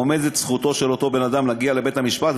עומדת זכותו של אותו בן-אדם להגיע לבית-המשפט,